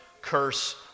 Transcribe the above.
curse